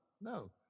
No